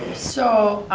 so,